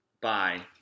Bye